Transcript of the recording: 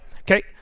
okay